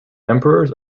emperors